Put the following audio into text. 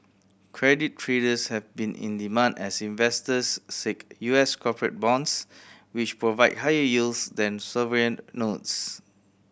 credit traders have been in demand as investors seek U S corporate bonds which provide higher yields than sovereign notes